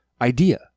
idea